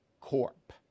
Corp